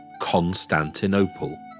Constantinople